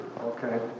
okay